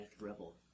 Rebel